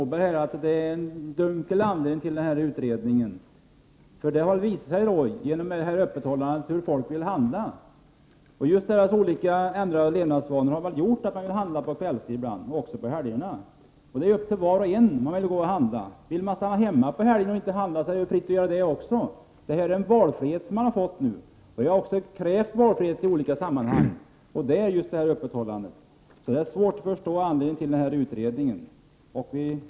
Herr talman! Jag tycker, liksom Gudrun Norberg, att avsikten med utredningen är dunkel. Öppethållandet visar ju vilka tider människor vill handla på. Människornas ändrade levnadsvanor har nog bidragit till att de ibland vill handla på kvällstid eller under helger. Det ankommer på var och en att välja tid för att handla. Vill man inte handla på helgerna, ja, då gör man inte det. Det är en valfrihet som har skapats. Jag har krävt valfrihet i olika sammanhang när det gäller just öppethållandet. Därför har jag svårt att förstå anledningen till att man har tillsatt en utredning.